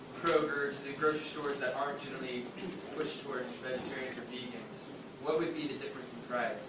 kroger, the groceries stores that aren't generally pushed towards vegetarians and vegans what would be the difference in price?